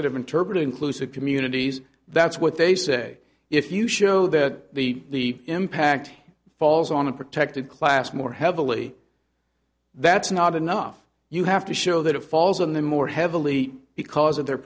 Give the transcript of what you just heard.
that have interpreted inclusive communities that's what they say if you show that the impact falls on a protected class more heavily that's not enough you have to show that it falls on the more heavily because of their